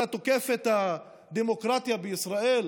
אתה תוקף את הדמוקרטיה בישראל?